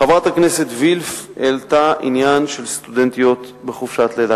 חברת הכנסת וילף העלתה עניין של סטודנטיות בחופשת לידה.